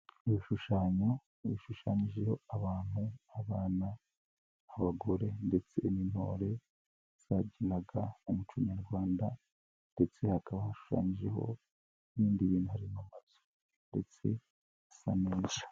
Ibishushanyo bishushanyijeho abantu, abana, abagore ndetse n'intore zabyinaga umuco nyarwanda ndetse hakaba hashushanyijeho n'ibindi bintu harimo mazu ndetse asa neza.